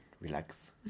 relax